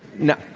now